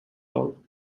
all